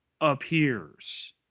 appears